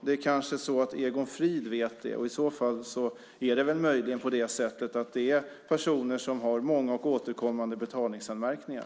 Det kanske är så att Egon Frid vet det, och möjligen är det på det sättet att det är personer som har många och återkommande betalningsanmärkningar.